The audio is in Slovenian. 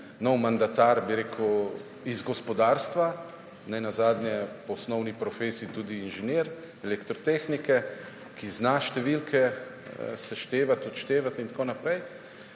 novi mandatar iz gospodarstva, nenazadnje po osnovni profesiji tudi inženir elektrotehnike, ki zna številke seštevati, odštevati in tako naprej,